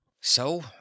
So